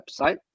website